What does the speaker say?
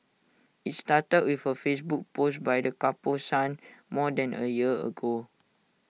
IT started with A Facebook post by the couple's son more than A year ago